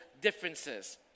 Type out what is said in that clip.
differences